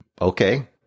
okay